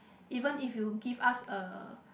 even if you give us a